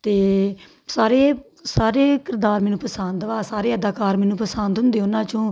ਅਤੇ ਸਾਰੇ ਸਾਰੇ ਕਿਰਦਾਰ ਮੈਨੂੰ ਪਸੰਦ ਵਾ ਸਾਰੇ ਅਦਾਕਾਰ ਮੈਨੂੰ ਪਸੰਦ ਹੁੰਦੇ ਉਹਨਾਂ 'ਚੋਂ